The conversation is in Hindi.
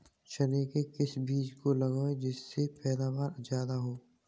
चने के किस बीज को लगाएँ जिससे पैदावार ज्यादा हो?